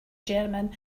german